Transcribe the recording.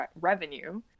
revenue